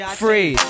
free